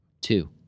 Two